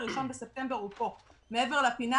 ה-1 בספטמבר הוא פה מעבר לפינה,